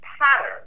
pattern